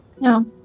No